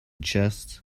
chests